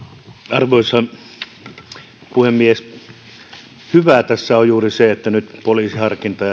arvoisa puhemies hyvää tässä on juuri se että nyt poliisilla on harkinta